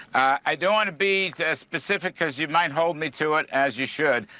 i don't want to be as specific as you might hold me to it as you should,